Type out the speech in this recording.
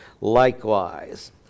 likewise